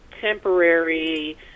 temporary